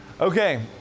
Okay